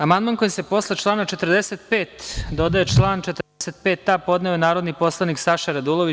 Amandman kojim se posle člana 45. dodaje član 45a, podneo je narodni poslanik Saša Radulović.